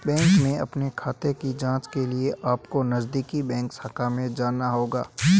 bank में अपने खाते की जांच के लिए अपको नजदीकी बैंक शाखा में जाना होगा